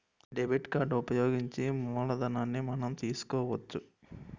debit card ఉపయోగించి మూలధనాన్ని మనం తీసుకోవచ్చు